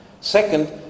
Second